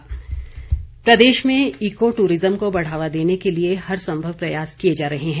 राकेश पठानिया प्रदेश में eco tourism को बढ़ावा देने के लिए हर संभव प्रयास किऐ जा रहे हैं